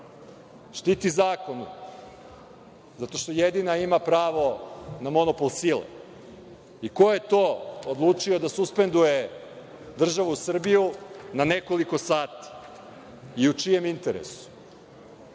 štiti zakon, zato što jedina ima pravo na monopol sile i koje to odlučio da suspenduje državu Srbiju na nekoliko sati i u čijem interesu. Čini